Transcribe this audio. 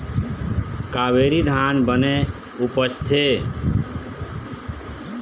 कावेरी धान बने उपजथे?